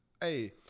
hey